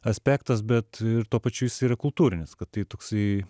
aspektas bet tuo pačiu jis yra kultūrinis kad tai toksai